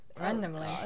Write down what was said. randomly